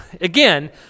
Again